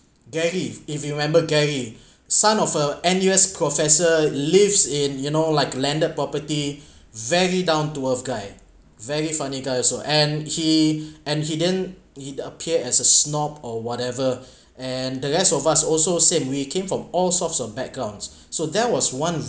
gary if you remember gary son of a N_U_S professor lives in you know like landed property very down to earth guy very funny guys also and he and he then it appeared as a snob or whatever and the rest of us also said we came from all sorts of backgrounds so there was one